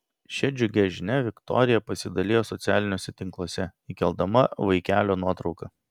šia džiugia žinia viktorija pasidalijo socialiniuose tinkluose įkeldama vaikelio nuotrauką